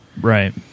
Right